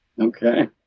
Okay